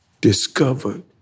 discovered